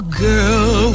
girl